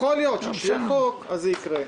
יכול להיות שכאשר יהיה חוק אז זה יקרה.